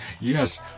yes